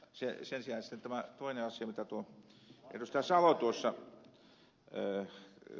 sen sijaan on sitten tämä toinen asia kun ed